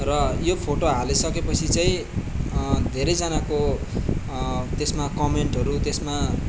र यो फोटो हालिसकेपछि चाहिँ धेरैजनाको त्यसमा कमेन्टहरू त्यसमा